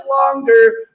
longer